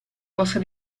possa